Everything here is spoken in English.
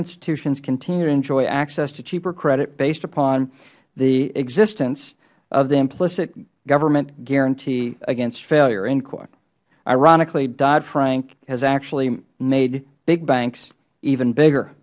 institutions continue to enjoy access to cheaper credit based upon the existence of the implicit government guarantee against failure ironically dodd frank has actually made big banks even bigger